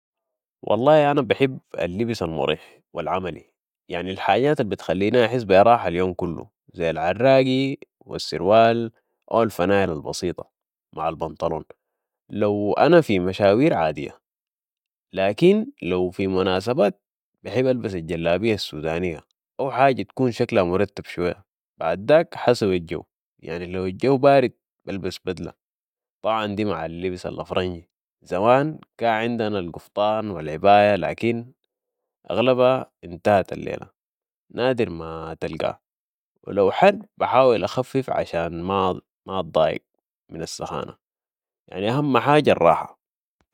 والله أنا بحب اللبس المريح والعملي يعني الحاجات البتخليني أحس براحة اليوم كلو زي العراقي والسروال او الفنايل البسيطة مع البنطلون لو أنا في مشاوير عادية لكن لو في مناسبات بحب ألبس الجلابية سودانية أو حاجة تكون شكلها مرتب شوية بعداك حسب الجو يعني لو الجو بارد بلبس بدلة طبعا دي مع اللبس الافرنجي زمان كان عندنا القفطان و العباية لكن اغلبها انتهت الليله نادر ما تلقاها ولو حر بحاول أخفف عشان ما ما أضايق من السخانة يعني أهم حاجة الراحة